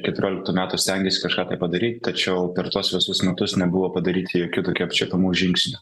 keturioliktų metų stengėsi kažką padaryt tačiau per tuos visus metus nebuvo padaryta jokių tokių apčiuopiamų žingsnių